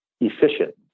efficient